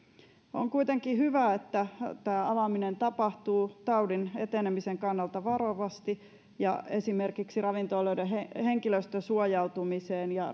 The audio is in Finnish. on kuitenkin hyvä että tämä avaaminen tapahtuu taudin etenemisen kannalta varovasti ja esimerkiksi ravintoloiden henkilöstön suojautumiseen ja